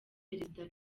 perezida